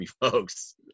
folks